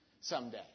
someday